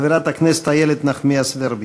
חברת הכנסת איילת נחמיאס ורבין.